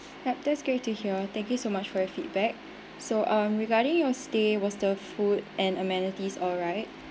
uh that's great to hear thank you so much for your feedback so um regarding your stay was the food and amenities alright